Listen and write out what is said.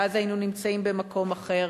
ואז היינו נמצאים במקום אחר.